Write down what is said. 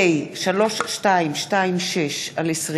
פ/3226/20